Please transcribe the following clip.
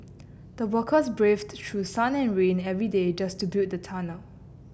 the workers braved through sun and rain every day just to build the tunnel